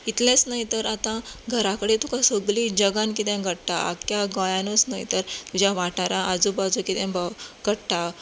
इतलेंच न्हय तर आता घरा कडलें तुका सगलीं जगान कितें घडटा आख्या गोंयानूच न्हय तर तुज्या वाठारा आजुबाजू कितें घडटा